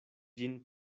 ĝin